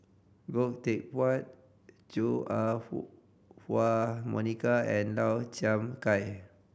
Goh Teck Phuan Chua Ah Huwa Monica and Lau Chiap Khai